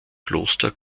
kloster